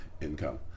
income